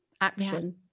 action